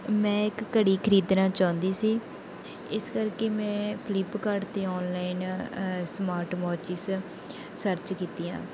ਮੈਂ ਇੱਕ ਘੜੀ ਖਰੀਦਣਾ ਚਾਹੁੰਦੀ ਸੀ ਇਸ ਕਰਕੇ ਮੈਂ ਫਲਿੱਪਕਾਰਡ 'ਤੇ ਔਨਲਾਈਨ ਸਮਾਰਟ ਵਾਚਿਸ ਸਰਚ ਕੀਤੀਆਂ